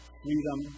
freedom